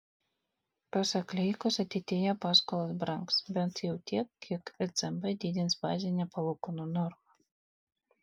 pasak leikos ateityje paskolos brangs bent jau tiek kiek ecb didins bazinę palūkanų normą